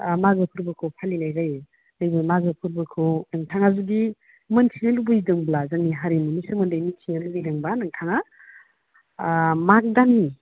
मागो फोरबोखौ फालिनाय जायो नैबे मागो फोरबोखौ नोंथाङा जुदि मिथिनो लुबैदोंब्ला जोंनि हारिमुनि सोमोन्दै मिथिनो लुबैदोंब्ला नोंथाङा माग दाननि